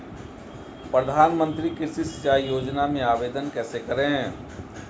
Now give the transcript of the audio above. प्रधानमंत्री कृषि सिंचाई योजना में आवेदन कैसे करें?